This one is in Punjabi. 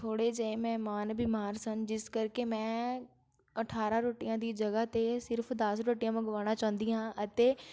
ਥੋੜ੍ਹੇ ਜਿਹੇ ਮਹਿਮਾਨ ਬੀਮਾਰ ਸਨ ਜਿਸ ਕਰਕੇ ਮੈਂ ਅਠਾਰਾਂ ਰੋਟੀਆਂ ਦੀ ਜਗ੍ਹਾ 'ਤੇ ਸਿਰਫ ਦਸ ਰੋਟੀਆਂ ਮੰਗਵਾਉਣਾ ਚਾਹੁੰਦੀ ਹਾਂ ਅਤੇ